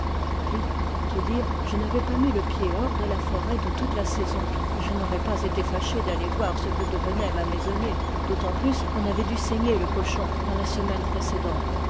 puis pour tout dire je n'avais pas mis le pied hors de la forêt de toute là saison et je n'aurais pas été fâché d'aller voir ce que devenait ma maisonnée d'autant plus qu'on avait dû saigner le cochon dans la semaine précédente